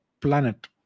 planet